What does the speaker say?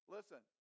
Listen